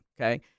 okay